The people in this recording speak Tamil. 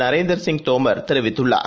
நரேந்திர சிங் தோமர் தெரிவித்துள்ளார்